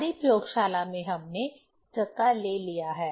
हमारी प्रयोगशाला में हमने चक्का ले लिया है